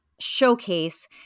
showcase